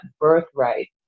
birthright